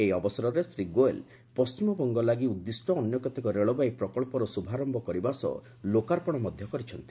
ଏହି ଅବସରରେ ଶ୍ରୀ ଗୋୟଲ୍ ପଶ୍ଚିମବଙ୍ଗ ଲାଗି ଉଦ୍ଦିଷ୍ଟ ଅନ୍ୟ କେତେକ ରେଳବାଇ ପ୍ରକଳ୍ପର ଶୁଭାରର୍ଡ କରିବା ସହ ଲୋକାର୍ପଣ ମଧ୍ୟ କରିଚ୍ଛନ୍ତି